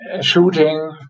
shooting